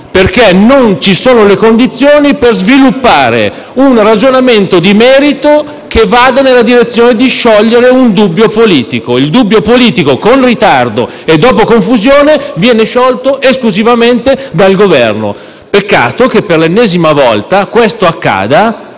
perché non ci sono le condizioni per sviluppare un ragionamento di merito che vada nella direzione di sciogliere un dubbio politico, che - con ritardo e confusione - viene sciolto esclusivamente dal Governo. Peccato che, per l'ennesima volta, questo accada